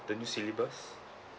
the new syllabus